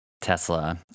Tesla